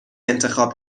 انتخاب